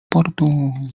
portu